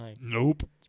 Nope